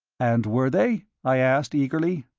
and were they? i asked, eagerly.